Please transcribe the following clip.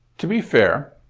to be fair,